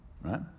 right